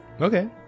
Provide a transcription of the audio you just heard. Okay